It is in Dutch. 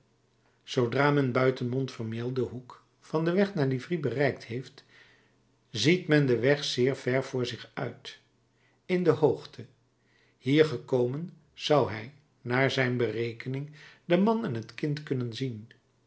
zoodra men buiten montfermeil den hoek van den weg naar livry bereikt heeft ziet men den weg zeer ver voor zich uit in de hoogte hier gekomen zou hij naar zijn berekening den man en het kind kunnen zien